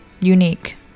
unique